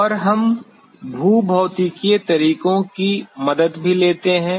और हम भूभौतिकीय तरीकों की मदद भी लेते हैं